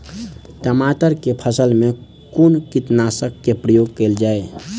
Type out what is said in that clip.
टमाटर केँ फसल मे कुन कीटनासक केँ प्रयोग कैल जाय?